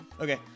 Okay